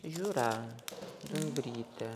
žiūra dumbrytė